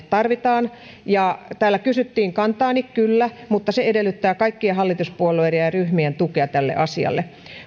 tarvitaan ja kun täällä kysyttiin kantaani niin se on kyllä mutta se edellyttää kaikkien hallituspuolueiden ja ryhmien tukea tälle asialle